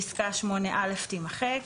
פסקה (8א) תימחק.